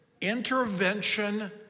intervention